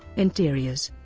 interiors